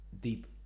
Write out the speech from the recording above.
deep